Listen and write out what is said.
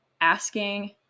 asking